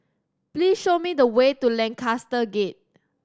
please show me the way to Lancaster Gate